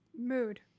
Mood